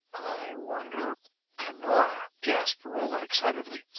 i wonder cunora! gasped rolla excitedly.